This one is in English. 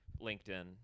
LinkedIn